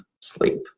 sleep